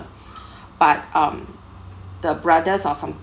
but um the brothers or some